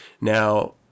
Now